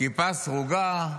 כיפה סרוגה,